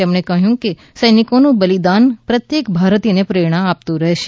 તેમણે કહ્યું કે સૈનિકોનું બલિદાન પ્રત્યેક ભારતીયને પ્રેરણા આપતું રહેશે